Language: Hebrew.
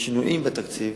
בשינויים בתקציב